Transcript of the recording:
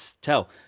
tell